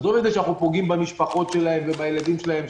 עזבו את זה שאנחנו פוגעים במשפחות שלהם ובילדים שלהם,